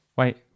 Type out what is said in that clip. wait